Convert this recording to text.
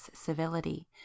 civility